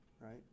right